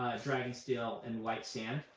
dragonsteel, and white sand.